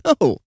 No